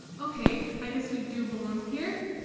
ok, i guess we do belong here.